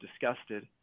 disgusted